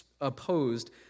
opposed